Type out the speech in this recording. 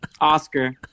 Oscar